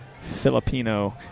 Filipino